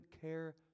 care